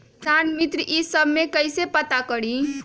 किसान मित्र ई सब मे कईसे पता करी?